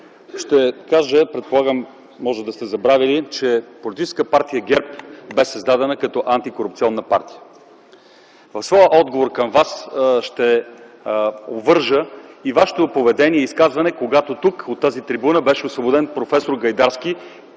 ще кажа, предполагам, може да сте забравили, че политическа партия ГЕРБ бе създадена като антикорупционна партия. В своя отговор към Вас ще обвържа и Вашето поведение и изказване, когато тук, от тази трибуна, беше освободен проф. Гайдарски.